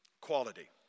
quality